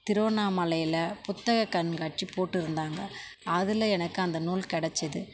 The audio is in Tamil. திருவண்ணாமலையில் புத்தகக் கண்காட்சி போட்டிருந்தாங்க அதில் எனக்கு அந்த நூல் கெடைச்சிது